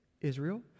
Israel